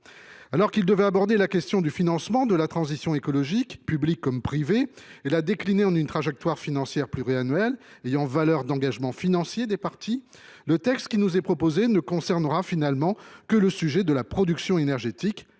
Alors qu’il devait aborder la question du financement de la transition écologique, public comme privé, et la décliner en une trajectoire financière pluriannuelle ayant valeur d’engagement financier des parties, le texte qui nous est proposé ne concernera finalement que la production énergétique.